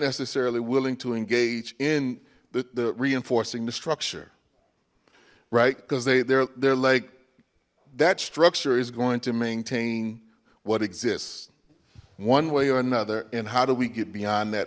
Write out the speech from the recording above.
necessarily willing to engage in the reinforcing the structure right because they they're they're like that structure is going to maintain what exists one way or another and how do we get beyond that